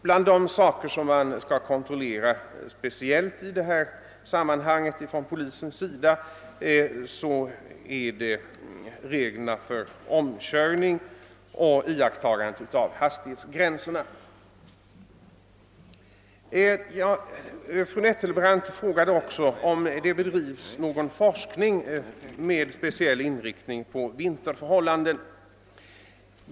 Bland de saker som polisen speciellt skall kontrollera i detta sammanhang är iakttagandet av reglerna för omkörning och hastighetsgränserna. Fru Nettelbrandt frågade också om det bedrivs någon forskning med speciell inriktning på vinterhållanden.